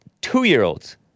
two-year-olds